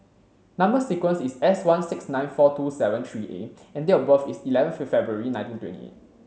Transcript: number sequence is S one six nine four two seven three A and date of birth is eleventh February nineteen twenty eight